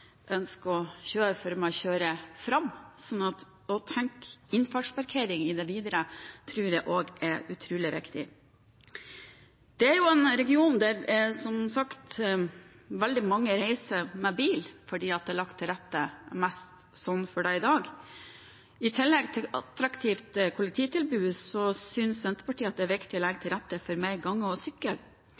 ønsker å kjøre før man kommer fram, slik at å tenke innfartsparkering i det videre arbeidet tror jeg også er utrolig viktig. Dette er som sagt en region hvor veldig mange reiser med bil fordi det er mest lagt til rette for det i dag. I tillegg til at man får et attraktivt kollektivtilbud, synes Senterpartiet det er viktig å legge til rette for mer gange og sykkel,